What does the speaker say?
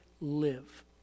live